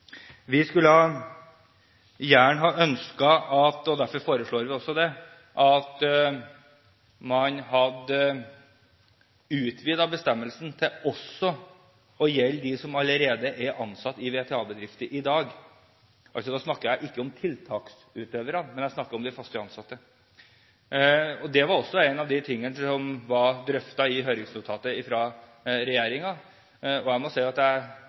Vi skulle gjerne ønsket, og foreslår også det, at man hadde utvidet bestemmelsen til også å gjelde dem som allerede er ansatt i VTA-bedrifter i dag. Da snakker jeg ikke om tiltaksutøvere, men om de fast ansatte. Det var også noe av det som var drøftet i høringsnotatet fra regjeringen, og jeg må si at jeg